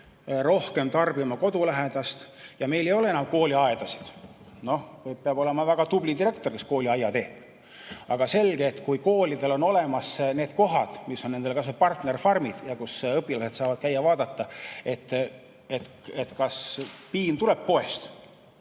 rohkem tarbima kodulähedast [toitu]. Meil ei ole enam kooliaedasid. Peab olema väga tubli direktor, kes kooliaia teeb. Aga selge, et kui koolidel oleks olemas need kohad, mis on neile partnerfarmid, kus õpilased saavad käia ja vaadata, kas piim tuleb poest